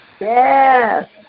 Yes